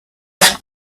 asked